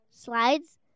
Slides